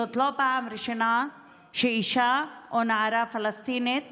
זאת לא פעם ראשונה שאישה או נערה פלסטינית